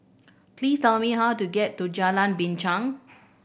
please tell me how to get to Jalan Binchang